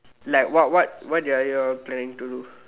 like what what what are you all planning to do